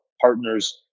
partners